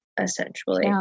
essentially